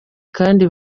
kandi